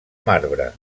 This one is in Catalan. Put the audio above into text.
marbre